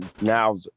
now